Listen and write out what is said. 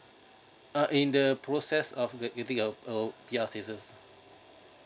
uh in the process of getting ours ours P_R citizen